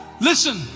Listen